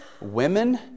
women